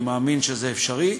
אני מאמין שזה אפשרי.